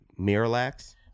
Miralax